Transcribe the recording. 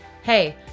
Hey